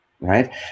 Right